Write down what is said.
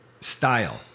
style